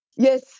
Yes